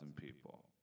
people